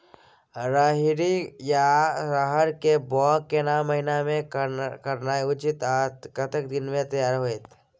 रहरि या रहर के बौग केना महीना में करनाई उचित आ कतेक दिन में तैयार होतय?